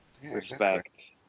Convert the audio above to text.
respect